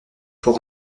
pour